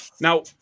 Now